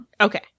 Okay